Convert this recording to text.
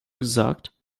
gesagt